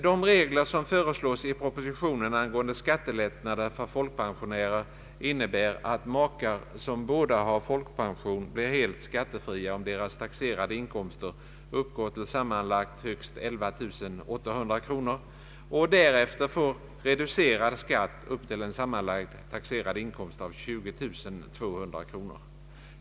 De regler som i propositionen föreslås angående skattelättnader för folkpensionärer innebär att makar som båda har folkpension blir helt skattefria om deras taxerade inkomster uppgår till sammanlagt högst 11 800 kronor och därefter får reducerad skatt upp till en sammanlagd taxerad inkomst av 20200 kronor.